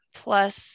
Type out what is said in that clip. plus